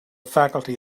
faculty